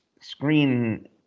screen